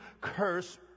curse